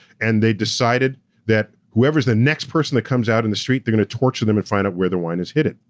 and they decided that whoever's the next person that comes out on and the street, they're gonna torture them and find out where the wine is hidden.